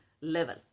level